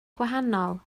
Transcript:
gwahanol